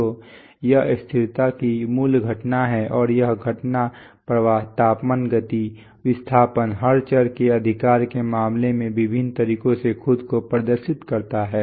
तो यह स्थिरता की मूल घटना है और यह घटना प्रवाह तापमान गति विस्थापन हर चर के अधिकार के मामले में विभिन्न तरीकों से खुद को प्रदर्शित करती है